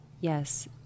yes